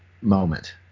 moment